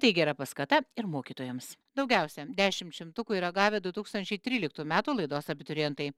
tai gera paskata ir mokytojams daugiausia dešimt šimtukų yra gavę du tūkstančiai tryliktų metų laidos abiturientai